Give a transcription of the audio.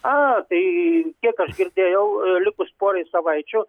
a tai kiek aš girdėjau likus porai savaičių